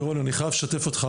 מירון, אני חייב לשתף אותך.